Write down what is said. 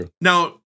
now